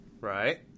Right